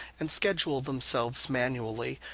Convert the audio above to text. and schedule themselves manually,